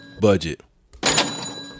budget